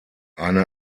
eine